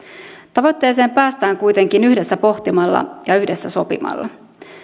tavoitteeseen päästään kuitenkin yhdessä pohtimalla ja yhdessä sopimalla